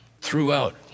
Throughout